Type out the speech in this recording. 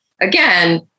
again